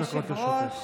הצעת חוק שיקום,